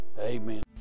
amen